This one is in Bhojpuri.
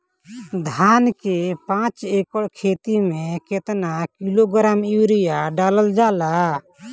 धान के पाँच एकड़ खेती में केतना किलोग्राम यूरिया डालल जाला?